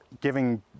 giving